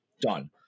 Done